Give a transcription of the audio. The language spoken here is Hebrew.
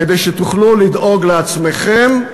כדי שתוכלו לדאוג לעצמכם,